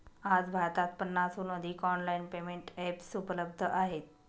आज भारतात पन्नासहून अधिक ऑनलाइन पेमेंट एप्स उपलब्ध आहेत